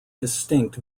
distinct